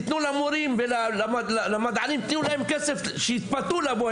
תתנו למורים ולמדענים תנו להם כסף שיתפתו לבוא,